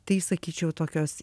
tai sakyčiau tokios